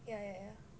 yeah